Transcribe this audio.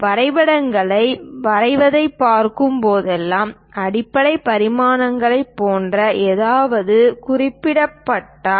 வரைபடங்களை வரைவதைப் பார்க்கும் போதெல்லாம் அடிப்படை பரிமாணங்களைப் போன்ற ஏதாவது குறிப்பிடப்பட்டால்